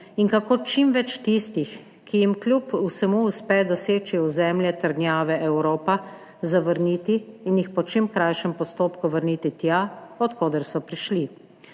in kako čim več tistih, ki jim kljub vsemu uspe doseči ozemlje trdnjave Evropa, zavrniti in jih po čim krajšem postopku vrniti tja, od koder so prišli.